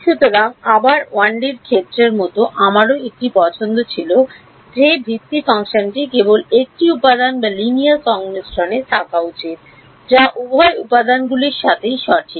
সুতরাং আবার 1 ডি ক্ষেত্রে এর মতো আমারও একটি পছন্দ ছিল যে ভিত্তি ফাংশনটি কেবলমাত্র 1 টি উপাদান বা লিনিয়ার সংমিশ্রণে থাকা উচিত যা উভয় উপাদানগুলির সাথেই সঠিক